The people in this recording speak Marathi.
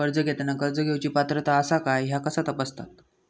कर्ज घेताना कर्ज घेवची पात्रता आसा काय ह्या कसा तपासतात?